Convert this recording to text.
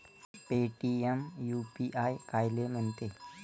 Paytm UPI कायले म्हनते?